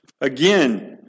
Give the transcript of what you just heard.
Again